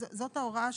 זאת ההוראה שקיימת.